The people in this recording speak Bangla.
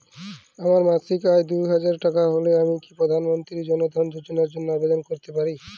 আমার মাসিক আয় দুহাজার টাকা হলে আমি কি প্রধান মন্ত্রী জন ধন যোজনার জন্য আবেদন করতে পারি?